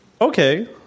Okay